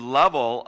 level